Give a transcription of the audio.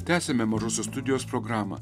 tęsiame mažosios studijos programą